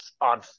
on